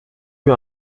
eut